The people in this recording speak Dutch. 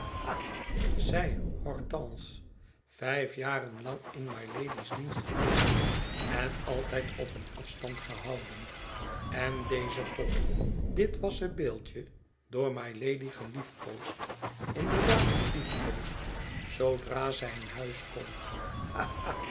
hortense vijf jaren lang in mylady's dienst geweest en altijd op een afstand gehouden en deze pop dit wassen beeldje door mylady geliefkoosd inderdaad geliefkoosd zoodra zij in huis komt